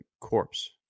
Corpse